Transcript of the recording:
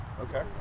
Okay